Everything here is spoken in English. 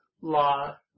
law